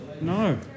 No